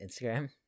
Instagram